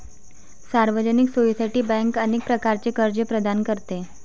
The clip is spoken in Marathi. सार्वजनिक सोयीसाठी बँक अनेक प्रकारचे कर्ज प्रदान करते